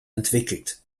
entwickelt